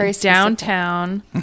downtown